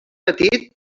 petit